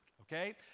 okay